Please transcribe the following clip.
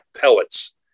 pellets